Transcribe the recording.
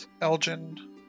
elgin